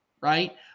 right